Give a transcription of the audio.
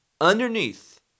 underneath